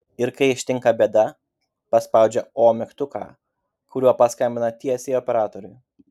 ir kai ištinka bėda paspaudžia o mygtuką kuriuo paskambina tiesiai operatoriui